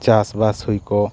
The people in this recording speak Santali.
ᱪᱟᱵᱟᱥ ᱦᱩᱭ ᱠᱚᱜ